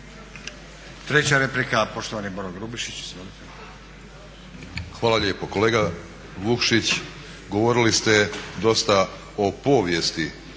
Treća replika, poštovani Boro Grubišić.